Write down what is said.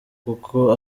kuko